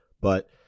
but-